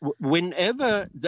whenever